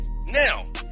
now